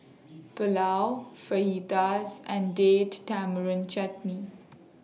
Pulao Fajitas and Date Tamarind Chutney